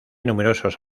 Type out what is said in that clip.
numerosos